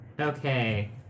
Okay